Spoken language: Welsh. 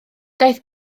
daeth